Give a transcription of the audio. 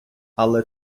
але